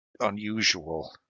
unusual